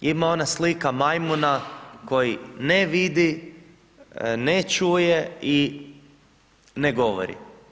Ima ona slika majmuna koji ne vidi, ne čuje i ne govori.